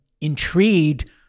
intrigued